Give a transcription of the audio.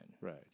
Right